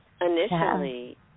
initially